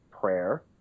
prayer